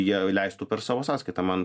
jie leistų per savo sąskaitą man